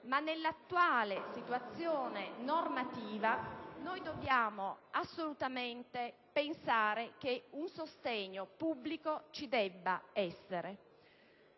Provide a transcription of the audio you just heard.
nell'attuale situazione normativa dobbiamo assolutamente pensare che un sostegno pubblico ci debba essere.